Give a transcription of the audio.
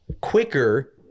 quicker